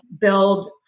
build